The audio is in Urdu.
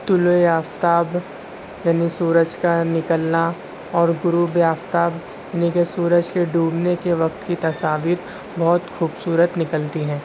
طلوع آفتاب یعنی سورج کا نکلنا اور غروب آفتاب یعنی کہ سورج کے ڈوبنے کے وقت کی تصاویر بہت خوبصورت نکلتی ہیں